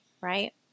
right